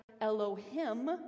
Elohim